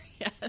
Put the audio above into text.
Yes